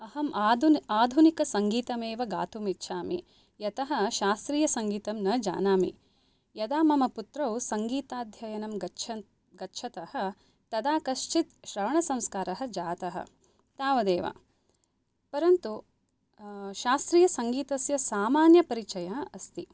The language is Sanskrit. अहम् आदुन आधुनिकसङ्गीतमेव गातुमिच्छामि यतः शास्त्रीयसङ्गीतं न जानामि यदा मम पुत्रौ सङ्गीताध्ययनं गच्छन् गच्छतः तदा कश्चित् श्रवणसंस्कारः जातः तावदेव परन्तु शास्त्रीयसङ्गीतस्य सामान्यपरिचयः अस्ति